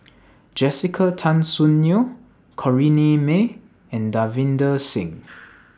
Jessica Tan Soon Neo Corrinne May and Davinder Singh